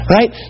Right